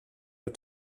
but